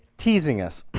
teasing us.